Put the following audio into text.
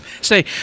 Say